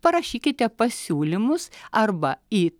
parašykite pasiūlymus arba į